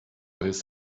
his